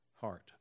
heart